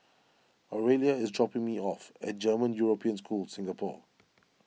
Orelia is dropping me off at German European School Singapore